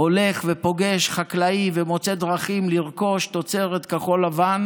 הולך ופוגש חקלאים ומוצא דרכים לרכוש תוצרת כחול-לבן.